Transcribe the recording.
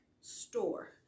Store